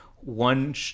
one